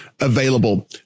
available